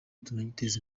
tugatera